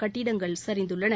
கட்டிடங்கள் சரிந்துள்ளன